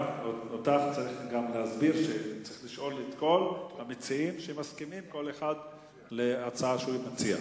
צריך לשאול את כל המציעים שמסכימים כל אחד להצעה שהוא מציע.